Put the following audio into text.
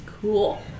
Cool